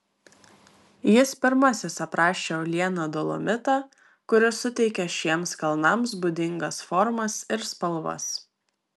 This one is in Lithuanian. jis pirmasis aprašė uolieną dolomitą kuris suteikia šiems kalnams būdingas formas ir spalvas